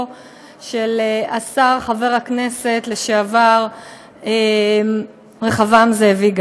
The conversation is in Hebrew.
של השר וחבר הכנסת לשעבר רחבעם זאבי,